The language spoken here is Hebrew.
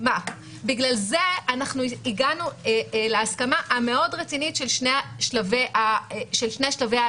בגלל זה אנחנו הגענו להסכמה המאוד רצינית של שני שלבי ההסכמה.